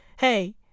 hey